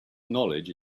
knowledge